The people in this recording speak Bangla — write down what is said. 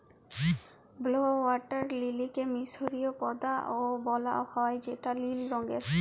ব্লউ ওয়াটার লিলিকে মিসরীয় পদ্দা ও বলা হ্যয় যেটা লিল রঙের